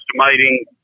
estimating